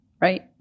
right